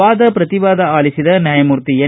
ವಾದ ಪ್ರತಿವಾದ ಆಲಿಸಿದ ನ್ಯಾಯಮೂರ್ತಿ ಎನ್